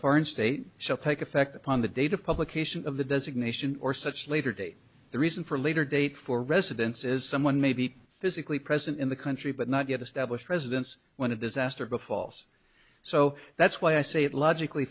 foreign state shall take effect upon the date of publication of the designation or such later date the reason for a later date for residence is someone may be physically present in the country but not yet established residence when a disaster befalls so that's why i say it logically